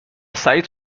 سعید